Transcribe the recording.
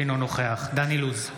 אינו נוכח דן אילוז,